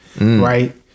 right